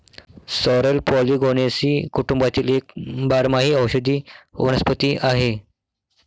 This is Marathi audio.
सॉरेल पॉलिगोनेसी कुटुंबातील एक बारमाही औषधी वनस्पती आहे